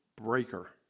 breaker